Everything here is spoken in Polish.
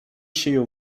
sieją